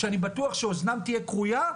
ואני בטוח שאוזנם תהיה כרוייה,